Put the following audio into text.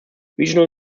regional